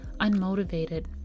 unmotivated